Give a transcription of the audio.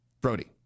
Brody